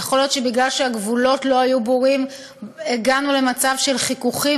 יכול להיות שבגלל שהגבולות לא היו ברורים הגענו למצב של חיכוכים,